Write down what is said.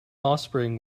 offspring